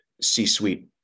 C-suite